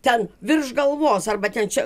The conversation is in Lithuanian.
ten virš galvos arba ten čia